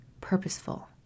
purposeful